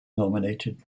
nominated